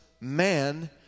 man